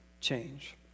change